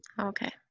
Okay